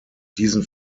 diesen